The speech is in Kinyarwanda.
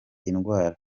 indwara